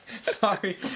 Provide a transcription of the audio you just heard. Sorry